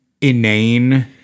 inane